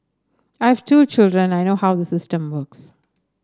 I have two children I know how the system works